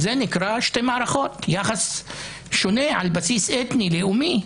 זה נקרא שתי מערכות יחס שונה על בסיס אתני-לאומי.